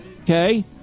Okay